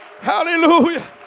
Hallelujah